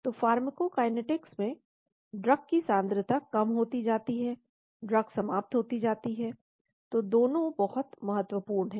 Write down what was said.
तो फार्माकोकाइनेटिक्स में ड्रग की सान्द्रता कम होती जाती है ड्रग समाप्त होती जाती है तो दोनों बहुत महत्वपूर्ण हैं